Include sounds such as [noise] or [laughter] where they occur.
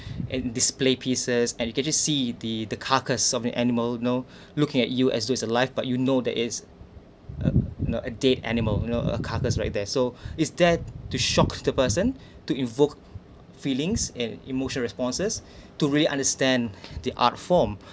[breath] and display pieces and you can just see the the carcass of an animal you know [breath] looking at you as it was alive but you know that is uh a dead animal you know a carcass right there so [breath] is that to shock the person [breath] to invoke feelings and emotion responses [breath] to really understand the art form